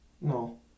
No